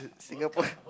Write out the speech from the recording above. Singapore